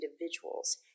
individuals